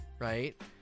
Right